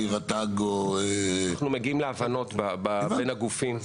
רט"ג או --- אנחנו מגיעים להבנות בין הגופים.